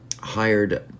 hired